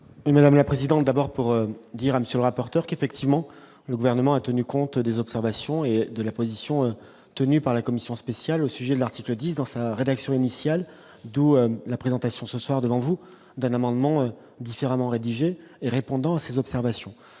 Madame la présidente, d'abord pour dire à monsieur le rapporteur qui, effectivement, le gouvernement a tenu compte des observations et de la position tenue par la commission spéciale au sujet de l'article dit : dans sa rédaction initiale, d'où la présentation ce soir devant vous, d'un amendement différemment rédigé et répondant à ces observations,